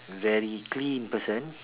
very clean person